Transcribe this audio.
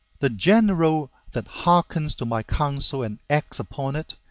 the general that hearkens to my counsel and acts upon it,